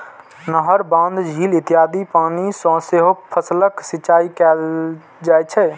नहर, बांध, झील इत्यादिक पानि सं सेहो फसलक सिंचाइ कैल जाइ छै